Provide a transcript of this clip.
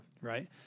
Right